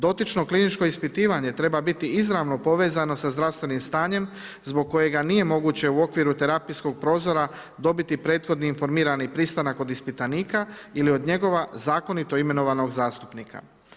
Dotično kliničko ispitivanje treba biti izravno povezano sa zdravstvenim stanjem zbog kojega nije moguće u okviru terapijskog prozora dobiti prethodni informirani pristanak od ispitanika ili od njegova zakonito imenovanog zastupnika.